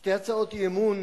שתי הצעות אי-אמון